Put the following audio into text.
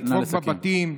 לדפוק בדלתות הבתים,